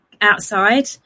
outside